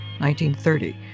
1930